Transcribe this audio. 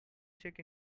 check